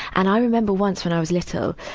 and i remember once, when i was little,